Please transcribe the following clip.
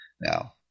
now